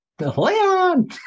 Leon